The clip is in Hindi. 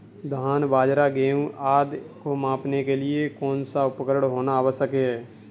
धान बाजरा गेहूँ आदि को मापने के लिए कौन सा उपकरण होना आवश्यक है?